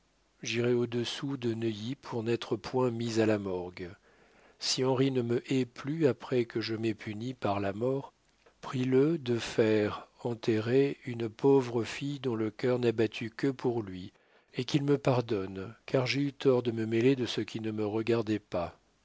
j'irai au-dessous de neuilly pour n'être point mise à la morgue si henry ne me hait plus après que je m'ai puni par la mor prie le de faire enterrer une povre fille dont le cœur n'a battu que pour lui et qu'il me pardonne car j'ai eu tort de me mélair de ce qui ne me regardai pas